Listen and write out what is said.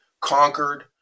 conquered